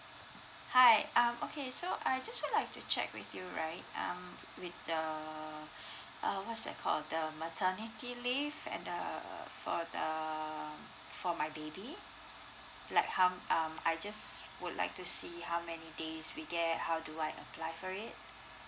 hi um okay so I just will like to check with you right um with the uh what's that called the maternity leave and err for err for my baby like how um I just would like to see how many days we get how do I apply for it